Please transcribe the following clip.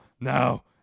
Now